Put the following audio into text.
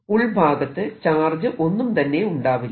അതിനാൽ ഉൾഭാഗത്ത് ചാർജ് ഒന്നും തന്നെ ഉണ്ടാവില്ല